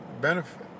benefit